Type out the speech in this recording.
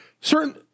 certain